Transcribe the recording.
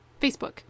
Facebook